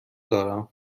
دارم